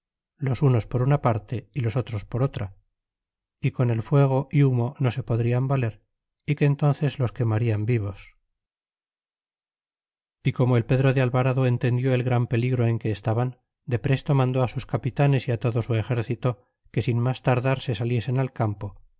los unos por una parte y los otros por otra é con el fuego é humo no se podrian valer y que entónces los quemar vivos y como el pedro de alvarado entendió el gran peligro en que estaban depresto mandó sus capitanes é todo su exército que sin mas tardar se saliesen al campo